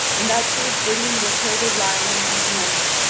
and that she was bringing with her the lion and the knight,